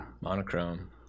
monochrome